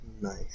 Nice